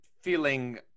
feeling